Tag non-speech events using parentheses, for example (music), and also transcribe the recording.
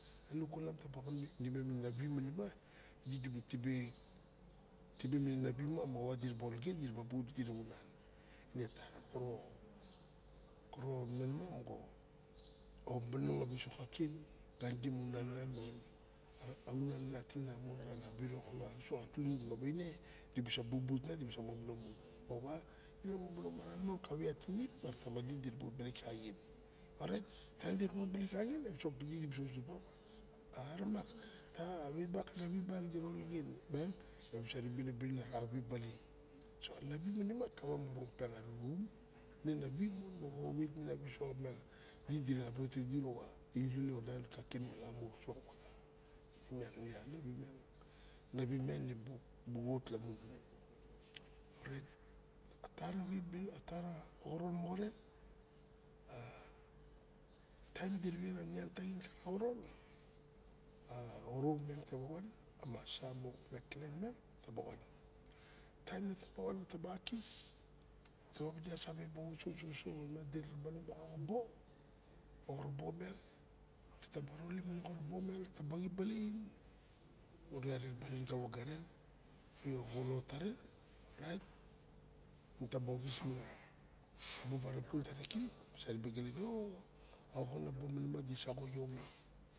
A lukulam taba wit tawimem ma navima moxowa diraba olagen ma daraba but idi rawa unan. Me tara koro mema rawa omong a wisok kaken. Opian ganidi rawa unan anan ma unan nating nanmon ka wirok ma wisok ka tunu ma waine dibusa bubun nan moxo wa dibusa momonong mon moxowa imem momonong maran mon makave a tirip. Maratama di diraba of kaxien orait taim diraba ot baling kaxien a wisok kidi diraba ribe bang ta witbang ka nari dibusa ribe lep baling a navi mani ma dira ologen. So navi ma kawa ma rurun. Ne navi mon moxa owet minin a wisok mo idi diraba xat idi rawa ilolep anan ka ken malamu magin miang a (hesitation) orong miang taba wan tawim nataban nata ba kis ta om ka save bo axoroabo miang taba rolep a xora bo miang nataba role baling ure riexe baling ka wga ren ure xa gunon tarn na tabaxis me a bu marapun nasa ribe gale o a oxon a gbo manima disaxo io me.